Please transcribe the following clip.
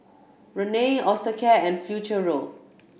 Rene Osteocare and Futuro